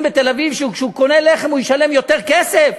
בתל-אביב שכשהוא קונה לחם הוא ישלם יותר כסף?